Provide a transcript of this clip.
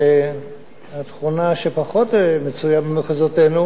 התכונה שפחות מצויה במחוזותינו